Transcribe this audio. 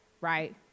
right